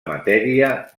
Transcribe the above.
matèria